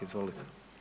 Izvolite.